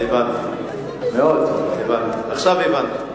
עכשיו הבנתי.